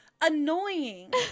annoying